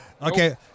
Okay